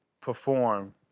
perform